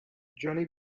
johnny